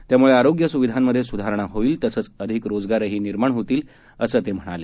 त्यामुळे आरोग्य सुविधांमधे सुधारणा होईल तसंच अधिक रोजगारही निर्माण होतील असं ते म्हणाले